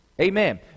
Amen